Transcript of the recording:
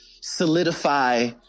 solidify